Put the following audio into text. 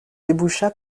déboucha